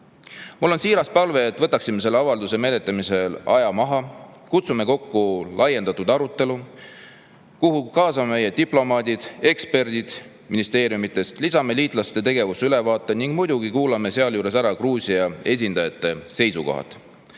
on siiras palve, et me võtaksime selle avalduse menetlemisel aja maha. Kutsume kokku laiendatud arutelu, kuhu kaasame meie diplomaadid, eksperdid ministeeriumidest, lisame liitlaste tegevuse ülevaate ning muidugi kuulame sealjuures ära Gruusia esindajate seisukohad.